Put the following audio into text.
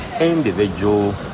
individual